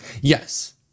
yes